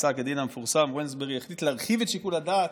בפסק הדין המפורסם וונסברי החליט להרחיב את שיקול הדעת,